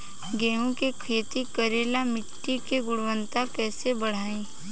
गेहूं के खेती करेला मिट्टी के गुणवत्ता कैसे बढ़ाई?